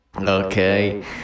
Okay